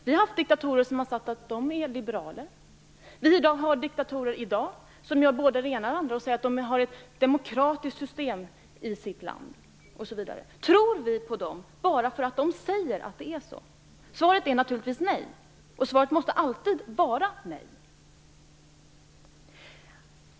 Det har varit diktatorer som sagt att de är liberaler. Vi har diktatorer i dag som gör både det ena och andra och säger att de har ett demokratiskt system i sitt land. Tror vi på dem bara därför att de säger så? Svaret är naturligtvis nej. Svaret måste alltid vara nej.